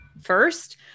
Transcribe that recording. first